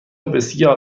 بسیار